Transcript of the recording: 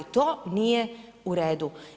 To nije u redu.